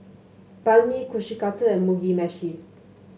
Banh Mi Kushikatsu and Mugi Meshi